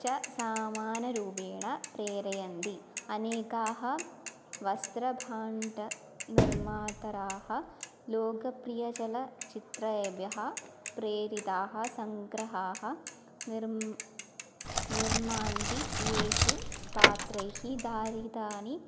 च सामानरूपेण प्रेरयन्ति अनेकाः वस्त्रभाण्डनिर्मातारः लोकप्रियजलचित्रेभ्यः प्रेरिताः सङ्ग्रहाः निर्मान्ति निर्मान्ति पात्रैः धारितानि